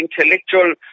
intellectual